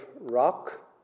rock